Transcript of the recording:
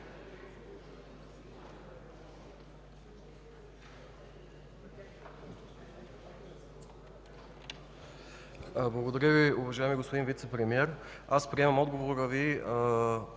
Благодаря Ви, уважаеми господин Вицепремиер. Аз приемам отговора Ви,